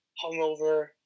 hungover